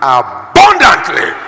abundantly